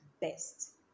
best